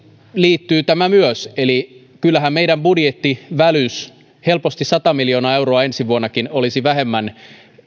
liittyy myös palautuksiin eli kyllähän meidän budjettivälys on sellainen että helposti sata miljoonaa euroa ensi vuonnakin olisi vähemmän